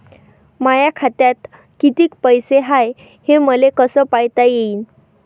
माया खात्यात कितीक पैसे हाय, हे मले कस पायता येईन?